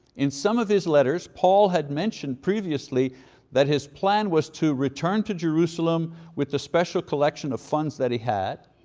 in some of his letters, paul had mentioned previously that his plan was to return to jerusalem with the special collection of funds that he had,